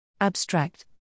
Abstract